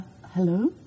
hello